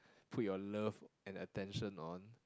put your love and attention on